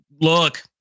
Look